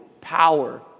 power